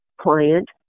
client